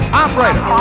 operator